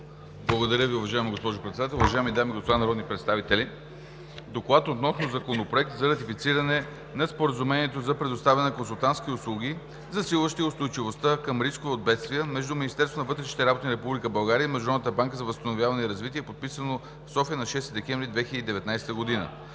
Благодаря Ви, уважаема госпожо Председател. Уважаеми дами и господа народни представители! „ДОКЛАД относно Законопроект за ратифициране на Споразумението за предоставяне на консултантски услуги, засилващи устойчивостта към рискове от бедствия, между Министерството на вътрешните работи на Република България и Международната банка за възстановяване и развитие, подписано в София на 6 декември 2019 г.,